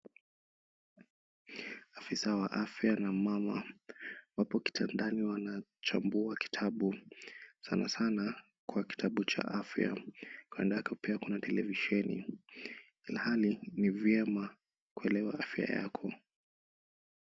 Afisa wa afya na mama wapo kitandani wanachambua kitabu. Sana sana, kwa kitabu cha afya. Kando yake pia kuna televisheni. Ilhali ni vyema kuelewa afya yako.